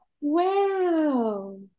wow